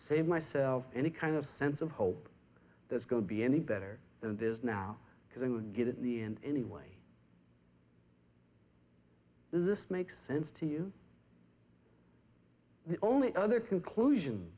save myself any kind of sense of hope that's going to be any better than this now because i would get in the end anyway this makes sense to you the only other conclusion